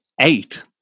eight